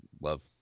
love